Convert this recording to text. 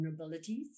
vulnerabilities